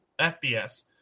FBS